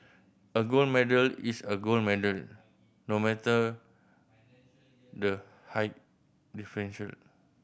a gold medal is a gold medal no matter the high differential